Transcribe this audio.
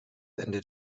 ende